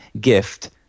gift